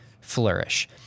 flourish